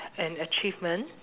an achievement